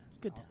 Good